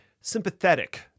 sympathetic